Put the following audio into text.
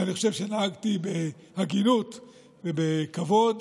ואני חושב שנהגתי בהגינות ובכבוד,